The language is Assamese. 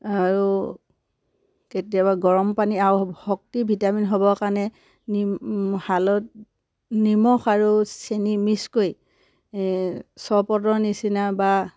আৰু কেতিয়াবা গৰম পানী আৰু শক্তি ভিটামিন হ'বৰ কাৰণে নিম হালত নিমখ আৰু চেনি মিচ কৰি চৰবটৰ নিচিনা বা